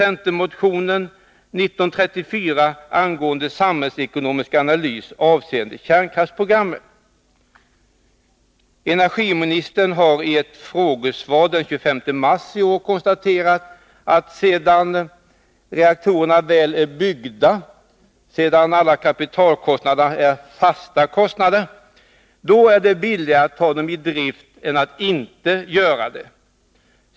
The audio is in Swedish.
Energiministern konstaterade i ett frågesvar den 25 mars i år att sedan reaktorerna väl är byggda — sedan alla kapitalkostnader är fasta kostnader — är det billigare att ta dem i drift än att inte göra det.